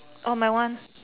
orh my one